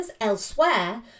elsewhere